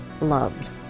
loved